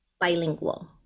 bilingual